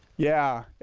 yeah,